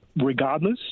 regardless